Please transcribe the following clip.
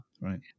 Right